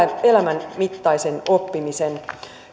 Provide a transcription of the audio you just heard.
elämän mittaisen oppimisen